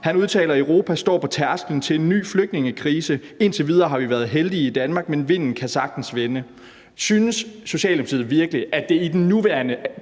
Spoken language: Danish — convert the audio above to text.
Han udtaler: Europa står på tærsklen til en ny flygtningekrise. Indtil videre har vi været heldige i Danmark, men vinden kan sagtens vende. Synes Socialdemokratiet virkelig, at det i den nuværende